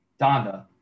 Donda